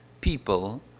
people